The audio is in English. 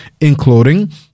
including